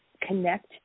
connect